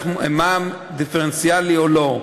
למע"מ דיפרנציאלי או לא.